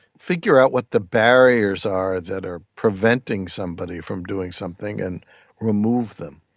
figure out what the barriers are that are preventing somebody from doing something, and remove them,